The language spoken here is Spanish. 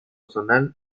zonal